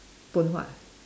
Phoon Huat ah